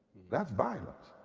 that's violence.